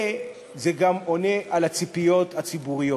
וזה גם עונה על הציפיות הציבוריות.